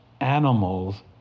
animals